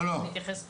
אני חייב לספר,